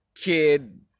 kid